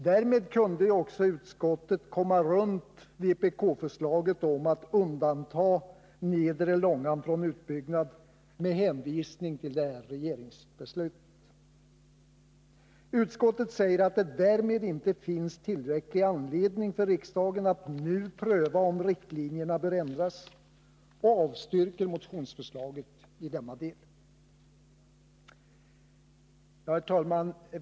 Därmed kunde utskottet komma runt vpk-förslaget om att undanta nedre Långan från utbyggnad med hänvisning till regeringsbeslutet. Utskottet säger att det därmed inte finns tillräcklig anledning för riksdagen att nu pröva om riktlinjerna bör ändras och avstyrker motionsförslaget i denna del. Herr talman!